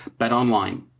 BetOnline